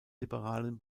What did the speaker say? liberalen